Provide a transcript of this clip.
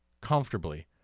comfortably